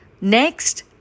Next